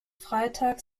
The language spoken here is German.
freitag